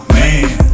man